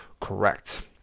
correct